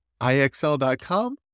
IXL.com